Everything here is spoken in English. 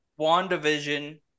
WandaVision